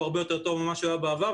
והוא הרבה יותר טוב ממה שהוא היה בעבר,